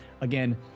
Again